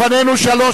לפנינו שלוש